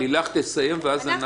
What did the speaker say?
לילך תסיים ואז אנחנו.